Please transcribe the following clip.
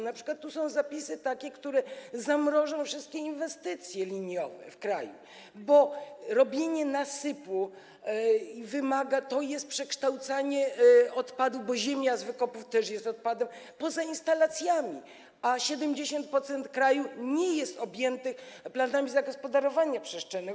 Na przykład tu są takie zapisy, które zamrożą wszystkie inwestycje liniowe w kraju, jako że robienie nasypu to jest przekształcanie odpadów, bo ziemia z wykopów też jest odpadem, poza instalacjami, a 70% kraju nie jest objętych planami zagospodarowania przestrzennego.